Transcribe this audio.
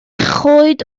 choed